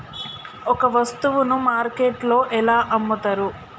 ఒక వస్తువును మార్కెట్లో ఎలా అమ్ముతరు?